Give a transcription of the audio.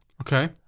Okay